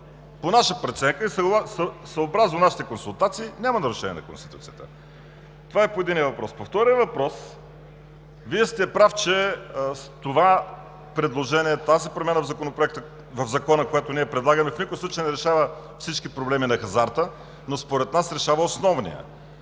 По наша преценка и съобразно нашите консултации няма нарушение на Конституцията. Това е по единия въпрос. По втория въпрос, Вие сте прав, че това предложение, тази промяна в Закона, която предлагаме, в никакъв случай не решава всички проблеми на хазарта, но според нас решава основния